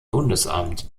bundesamt